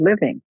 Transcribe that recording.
living